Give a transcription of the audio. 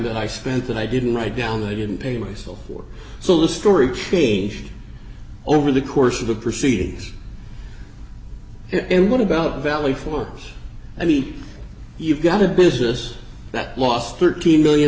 that i spent that i didn't write down that i didn't pay myself or so the story changed over the course of the proceedings and what about valley for i mean you've got a business that lost thirteen million